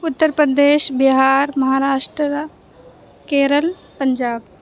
Uttar Pradesh Bihar Maharashtra Kerala Punjab